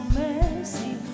messy